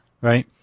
Right